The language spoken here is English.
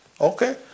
Okay